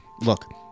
Look